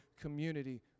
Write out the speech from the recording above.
community